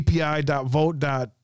API.vote